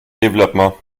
développement